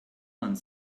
one